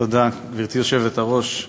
גברתי היושבת-ראש,